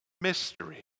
mystery